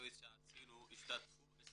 המקצועית שעשינו השתתפו 26